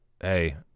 hey